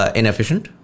inefficient